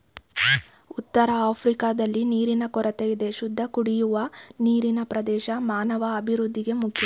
ಉತ್ತರಆಫ್ರಿಕಾದಲ್ಲಿ ನೀರಿನ ಕೊರತೆಯಿದೆ ಶುದ್ಧಕುಡಿಯುವ ನೀರಿನಪ್ರವೇಶ ಮಾನವಅಭಿವೃದ್ಧಿಗೆ ಮುಖ್ಯ